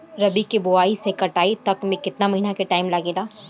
रबी के बोआइ से कटाई तक मे केतना महिना के टाइम लागेला?